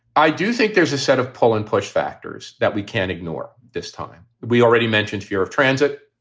i do think there's a set of pull and push factors that we can't ignore this time. we already mentioned fear of transit.